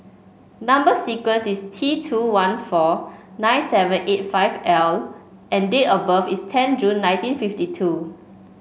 number sequence is T two one four nine seven eight five L and date of birth is ten June nineteen fifty two